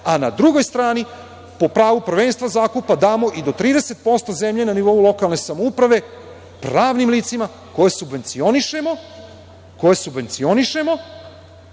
a na drugoj strani po pravu prvenstvo zakupa damo i do 30% zemlje na nivou lokalne samouprave pravnim licima koje subvencionišemo, koji imaju interes